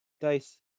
Dice